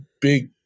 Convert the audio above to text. big